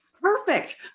Perfect